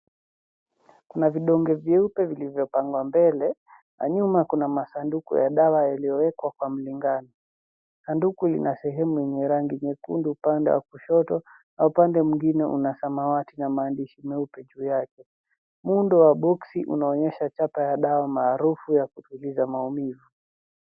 Kuna vidonge vyeupe vilivyopangwa mbele na nyuma kuna masanduku ya dawa iliyowekwa kwa mlingano. Sanduku lina sehemu yenye rangi nyekundu upande wa kushoto na upande mwingine una samawati na maandishi meupe juu yake. Muundo wa boksi unaonyesha chapa ya dawa maarufu ya kutuliza maumivu.